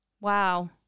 Wow